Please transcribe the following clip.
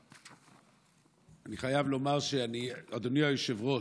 אני חייב לומר, אדוני היושב-ראש,